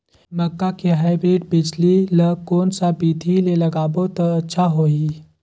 मक्का के हाईब्रिड बिजली ल कोन सा बिधी ले लगाबो त अच्छा होहि?